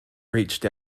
reached